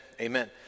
Amen